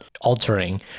altering